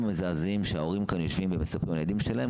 המזעזעים שההורים כאן יושבים ומספרים על הילדים שלהם.